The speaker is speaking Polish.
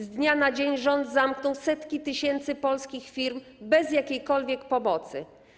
Z dnia na dzień rząd zamknął setki tysięcy polskich firm bez jakiejkolwiek pomocy.